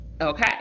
okay